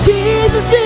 Jesus